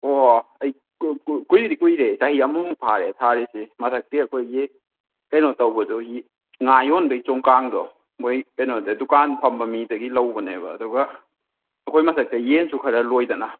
ꯑꯣ ꯑꯩ ꯀꯨꯏ ꯀꯨꯏꯗꯤ ꯀꯨꯏꯔꯦ ꯆꯍꯤ ꯑꯃꯃꯨꯛ ꯐꯥꯔꯦ ꯊꯥꯔꯤꯁꯦ ꯃꯊꯛꯇꯤ ꯑꯩꯈꯣꯏꯒꯤ ꯀꯩꯅꯣ ꯇꯧꯕꯗꯨꯒꯤ ꯉꯥ ꯌꯣꯟꯕꯩ ꯆꯣꯡ ꯀꯥꯡꯗꯣ ꯃꯣꯏ ꯀꯩꯅꯣꯗꯩ ꯗꯨꯀꯥꯟ ꯐꯝꯕ ꯃꯤꯗꯒꯤ ꯂꯧꯕꯅꯦꯕ ꯑꯗꯨꯒ ꯑꯩꯈꯣꯏ ꯃꯊꯛꯇ ꯌꯦꯟꯁꯨ ꯈꯔ ꯂꯣꯏꯗꯅ